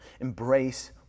embrace